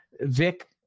Vic